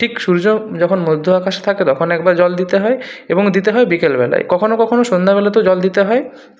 ঠিক সূর্য যখন মধ্য আকাশে থাকে তখন একবার জল দিতে হয় এবং দিতে হয় বিকেলবেলায় কখনো কখনো সন্ধ্যাবেলাতেও জল দিতে হয়